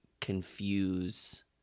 confuse